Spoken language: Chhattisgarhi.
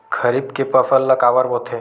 खरीफ के फसल ला काबर बोथे?